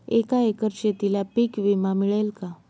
एका एकर शेतीला पीक विमा मिळेल का?